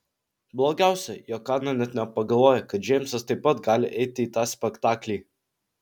blogiausia jog ana net nepagalvojo kad džeimsas taip pat gali eiti į tą spektaklį